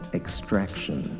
extraction